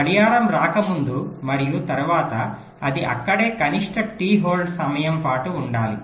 గడియారం రాకముందు మరియు తరువాత అది అక్కడే కనిష్ట టి హోల్డ్ సమయం పాటు ఉండాలి